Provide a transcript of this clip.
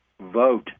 vote